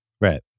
Right